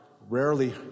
rarely